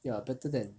ya better than